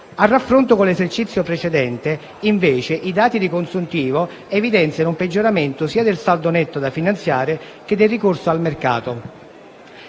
A raffronto con l'esercizio precedente, invece, i dati di consuntivo evidenziano un peggioramento sia del saldo netto da finanziare, che del ricorso al mercato.